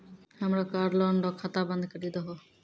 हमरो car loan रो खाता बंद करी दहो